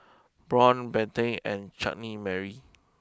Braun Pantene and Chutney Mary